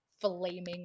flaming